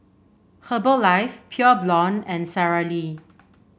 Herbalife Pure Blonde and Sara Lee